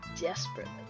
Desperately